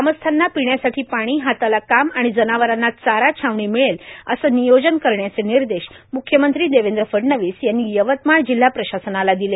ग्रामस्थांना पिण्यासाठी पाणी हाताला काम आणि जनावरांना चारा छावणी मिळेल असे नियोजन करण्याचे निर्देश मुख्यमंत्री देवेंद्र फडणवीस यांनी आज यवतमाळ जिल्हा प्रशासनाला दिले